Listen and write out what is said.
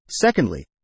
Secondly